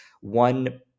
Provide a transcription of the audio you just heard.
one